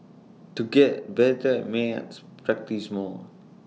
to get better at maths practise more